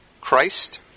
Christ